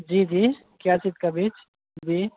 जी जी क्या का बीज जी